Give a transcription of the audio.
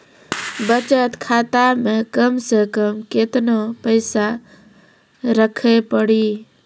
बचत खाता मे कम से कम केतना पैसा रखे पड़ी?